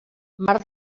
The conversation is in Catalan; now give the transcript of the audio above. mar